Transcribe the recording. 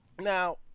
Now